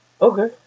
Okay